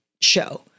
show